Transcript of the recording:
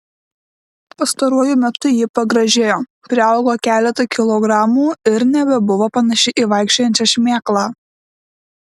pastaruoju metu ji pagražėjo priaugo keletą kilogramų ir nebebuvo panaši į vaikščiojančią šmėklą